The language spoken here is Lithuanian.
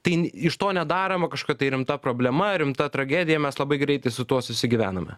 tai iš to nedaroma kažkokia tai rimta problema rimta tragedija mes labai greitai su tuo susigyvename